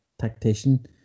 tactician